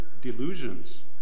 delusions